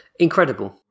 Incredible